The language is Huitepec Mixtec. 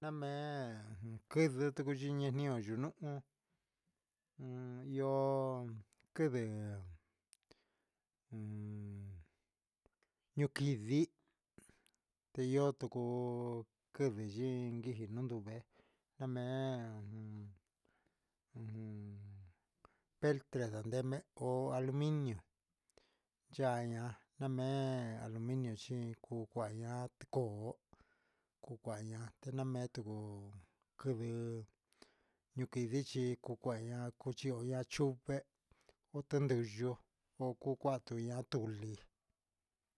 Namee quɨndi tucu ñɨɨ yunuhun io quɨndi yuquɨndi iyo tucu quɨndi yɨɨ yiqui nunduve terte nde ndeme o aluminio xiin cun cua coo cua caña coo cua coo na mee tucu quɨvi cuquivichi cucueña cucheaña chupe ote ndee yo otu cuatu ña tuli